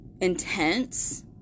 intense